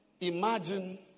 Imagine